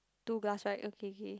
two glass right okay kay